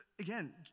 Again